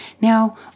Now